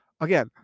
Again